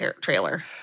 trailer